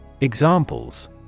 Examples